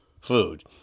food